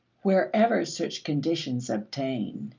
wherever such conditions obtain,